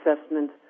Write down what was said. assessment